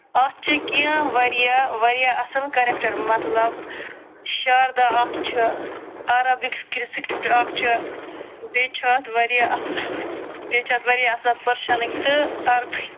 اتھ چھِ کیٚنٛہہ وارِیاہ وارِیاہ اصٕل کرٮ۪کٹر مطلب شاردا اکھ چھِ عربِک اکھ چھِ بیٚیہِ چھُ اتھ وارِیاہ اصٕل بیٚیہِ چھِ اتھ وارِیاہ اصٕل پٔرشنٕکۍ تہٕ عربٕکۍ